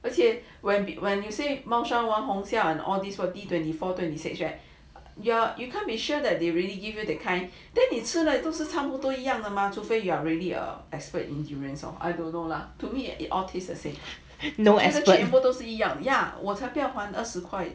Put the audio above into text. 而且 when when you say 猫山王红霞 on all these forty twenty four twenty six right ya you can't be sure that they really give you that kind then 你吃 like 都是差不多一样的吗除非 you are really a expert in durian or I don't know lah to me all taste the same 一样 yeah 我才不要还二十块